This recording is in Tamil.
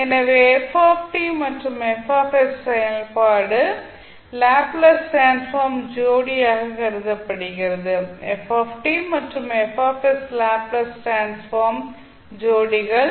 எனவே f மற்றும் F செயல்பாடு லாப்ளேஸ் டிரான்ஸ்ஃபார்ம் ஜோடியாகக் கருதப்படுகிறது f மற்றும் F லாப்ளேஸ் டிரான்ஸ்ஃபார்ம் ஜோடிகள்